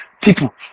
people